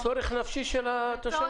זה גם צורך נפשי של התושבים.